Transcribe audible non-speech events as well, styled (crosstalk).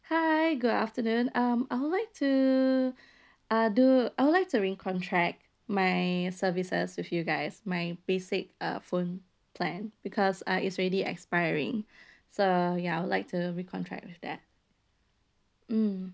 hi good afternoon um I'd like to uh do I'd like to recontract my services with you guys my basic uh phone plan because uh it's already expiring (breath) so ya I'd like to recontract with that mm